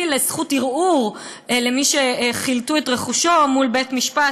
לזכות ערעור למי שחילטו את רכושו מול בית-משפט,